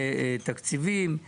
זאת ועדה חשובה מאוד.